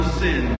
sin